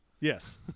Yes